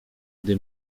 gdy